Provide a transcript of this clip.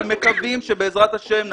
אנו מקווים שבעזרת השם,